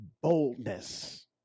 boldness